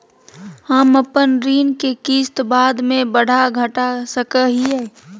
हम अपन ऋण के किस्त बाद में बढ़ा घटा सकई हियइ?